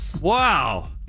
Wow